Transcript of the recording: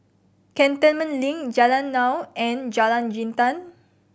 Cantonment Link Jalan Naung and Jalan Jintan